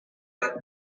have